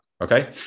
Okay